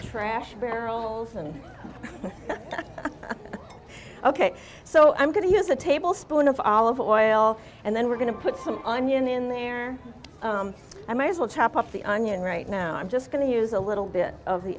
trash barrels and ok so i'm going to use a tablespoon of olive oil and then we're going to put some onion in there i might as well chop up the onion right now i'm just going to use a little bit of the